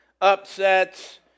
upsets